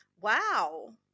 Wow